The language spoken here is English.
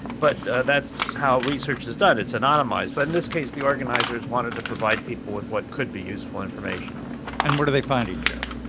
but that's how research is done it's anonymized. but in this case, the organizers wanted to provide people with what could be useful information and what are they finding, joe?